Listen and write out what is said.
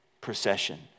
procession